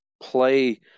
play –